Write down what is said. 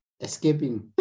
escaping